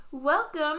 Welcome